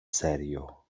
serio